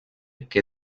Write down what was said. que